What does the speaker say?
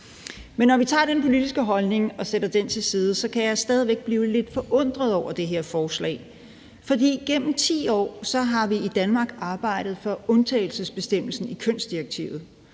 Men når vi tager den politiske holdning og sætter den til side, kan jeg stadig væk blive lidt forundret over det her forslag. For gennem 10 år har vi i Danmark arbejdet for undtagelsesbestemmelsen i kønsdirektivet,